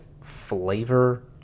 flavor